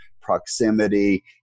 proximity